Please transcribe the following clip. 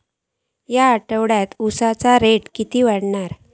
या आठवड्याक उसाचो रेट किती वाढतलो?